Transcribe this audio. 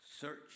search